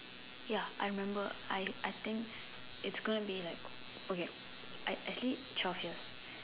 ya I remember I I think it's gonna be like okay actually twelve years